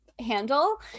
handle